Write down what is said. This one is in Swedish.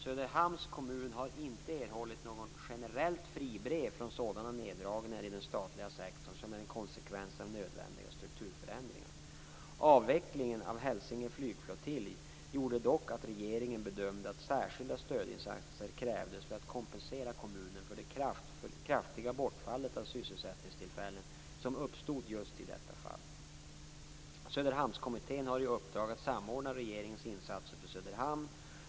Söderhamns kommun har inte erhållit något generellt fribrev från sådana neddragningar i den statliga sektorn som är en konsekvens av nödvändiga strukturförändringar. Avvecklingen av Hälsinge flygflottilj gjorde dock att regeringen bedömde att särskilda stödinsatser krävdes för att kompensera kommunen för det kraftiga bortfall av sysselsättningstillfällen som uppstod just i detta fall. Söderhamnskommittén har i uppdrag att samordna regeringens insatser för Söderhamn.